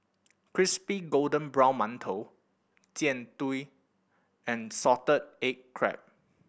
crispy golden brown mantou Jian Dui and salted egg crab